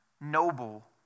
noble